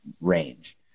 range